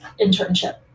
internship